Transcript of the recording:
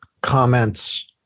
comments